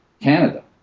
Canada